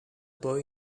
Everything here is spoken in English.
boy